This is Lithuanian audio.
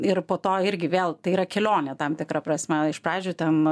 ir po to irgi vėl tai yra kelionė tam tikra prasme iš pradžių ten